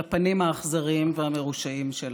על הפנים האכזריים והמרושעים שלה.